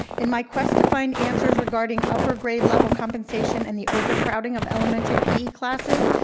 in my quest to find answers regarding upper grade level compensation, and the overcrowding of elementary pe classes,